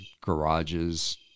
garages